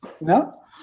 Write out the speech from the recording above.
no